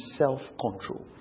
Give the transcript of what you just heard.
self-control